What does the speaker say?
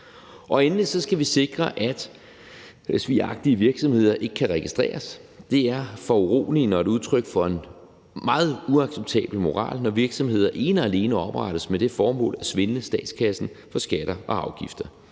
Endelig skal vi sikre, at svigagtige virksomheder ikke kan registreres. Det er foruroligende og et udtryk for en meget uacceptabel moral, når virksomheder ene og alene oprettes med det formål at svindle statskassen for skatter og afgifter.